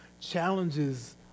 challenges